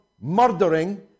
murdering